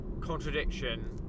contradiction